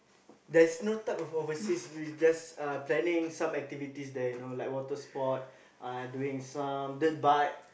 there's no type of overseas just uh planning some activities there you know like water sport uh doing some dirt bike